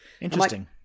Interesting